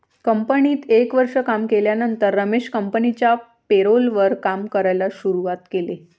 कंपनीत एक वर्ष काम केल्यानंतर रमेश कंपनिच्या पेरोल वर काम करायला शुरुवात केले